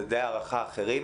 מדדי הערכה אחרים.